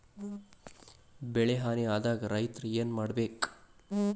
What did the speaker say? ಬೆಳಿ ಹಾನಿ ಆದಾಗ ರೈತ್ರ ಏನ್ ಮಾಡ್ಬೇಕ್?